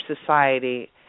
society